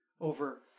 Over